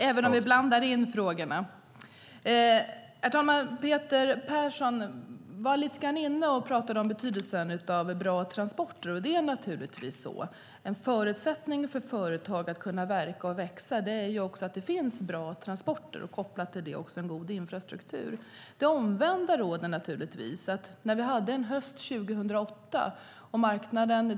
Herr talman! Peter Persson talade lite grann om betydelsen av bra transporter. Naturligtvis är en förutsättning för företag att kunna verka och växa att det finns bra transporter och en god infrastruktur. Det omvända rådde naturligtvis hösten 2008 på marknaden.